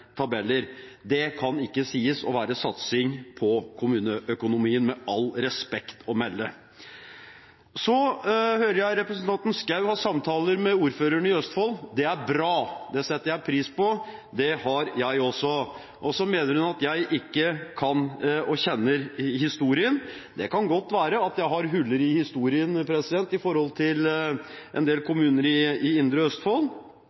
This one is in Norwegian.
tabeller. Det kan med all respekt å melde ikke sies å være satsing på kommuneøkonomien. Så hører jeg at representanten Schou har samtaler med ordførerne i Østfold. Det er bra, det setter jeg pris på. Det har jeg også. Og så mener hun at jeg ikke kjenner historien. Det kan godt være at jeg har huller i historien når det gjelder en del kommuner i indre Østfold,